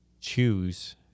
choose